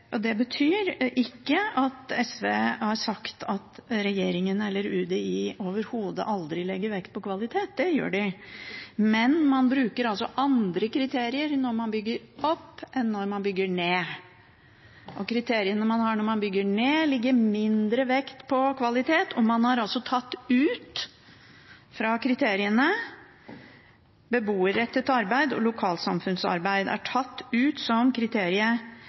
grunnen. Det betyr ikke at SV har sagt at regjeringen eller UDI overhodet aldri legger vekt på kvalitet – det gjør de – men man bruker altså andre kriterier når man bygger opp, enn når man bygger ned. Kriteriene man har når man bygger ned, legger mindre vekt på kvalitet, og man har altså tatt ut beboerrettet arbeid og lokalsamfunnsarbeid fra kriteriene. Det er tatt ut som